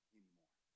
anymore